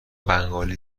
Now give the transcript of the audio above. بنگالی